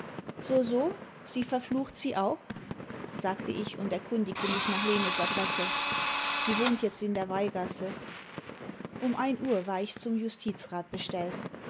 so so sie verflucht sie auch sagte ich und erkundigte mich nach lenes adresse sie wohnt jetzt in der weihgasse um ein uhr war ich zum justizrat bestellt